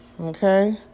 Okay